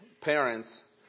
parents